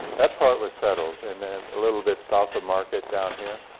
that part was settled. and then a little bit south of market down here.